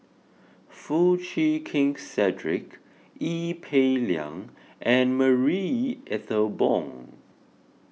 Foo Chee Keng Cedric Ee Peng Liang and Marie Ethel Bong